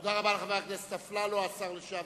תודה רבה לחבר הכנסת אפללו, השר לשעבר.